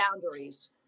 boundaries